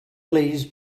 please